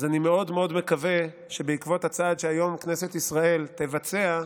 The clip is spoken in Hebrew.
אז אני מאוד מאוד מקווה שבעקבות הצעד שהיום כנסת ישראל תבצע,